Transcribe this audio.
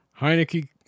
Heineke